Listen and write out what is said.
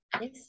Yes